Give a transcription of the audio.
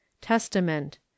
Testament